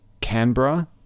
Canberra